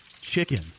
chicken